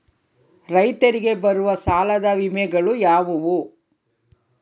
ರೈತರಿಗೆ ಬರುವ ಸಾಲದ ವಿಮೆಗಳು ಯಾವುವು?